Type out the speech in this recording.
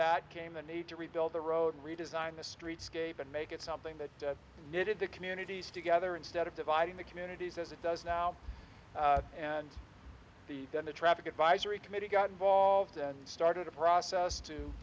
that came the need to rebuild the road redesign the streetscape and make it something that knitted the communities together instead of dividing the communities as it does now and the then the traffic advisory committee got involved and started a process to